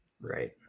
Right